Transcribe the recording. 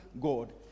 God